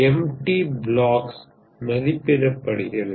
empty பிளாக்ஸ்கள் மதிப்பிடப்படுகிறது